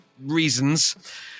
reasons